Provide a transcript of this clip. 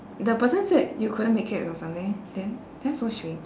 the person said you couldn't make it or something then that's so strange